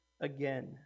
again